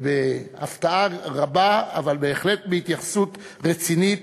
ובהפתעה רבה, אבל בהחלט בהתייחסות רצינית,